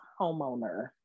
homeowner